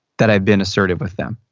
that i've been assertive with them.